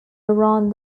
around